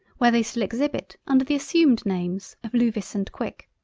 where they still exhibit under the assumed names of luvis and quick.